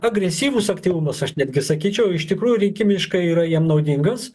agresyvus aktyvumas aš netgi sakyčiau iš tikrųjų rinkimiškai yra jiem naudingas